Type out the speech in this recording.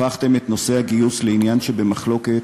הפכתם את נושא הגיוס לעניין שבמחלוקת,